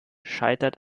scheitert